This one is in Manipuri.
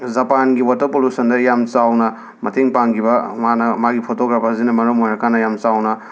ꯖꯄꯥꯟꯒꯤ ꯋꯥꯇꯔ ꯄꯣꯂꯨꯁꯟꯗ ꯌꯥꯝꯅ ꯆꯥꯎꯅ ꯃꯇꯦꯡ ꯄꯥꯡꯈꯤꯕ ꯃꯥꯅ ꯃꯥꯒꯤ ꯐꯣꯇꯣꯒ꯭ꯔꯥꯐꯔꯁꯤꯅ ꯃꯔꯝ ꯑꯣꯏꯔꯀꯥꯟꯗ ꯌꯥꯝꯅ ꯆꯥꯎꯅ